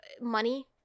money